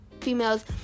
females